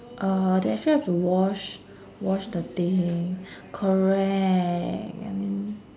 uh they actually have to wash wash the thing correct I mean